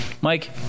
Mike